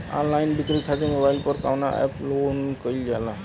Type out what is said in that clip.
Online बिक्री खातिर mobile पर कवना एप्स लोन कईल जाला?